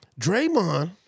Draymond